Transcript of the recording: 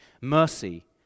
Mercy